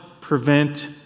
prevent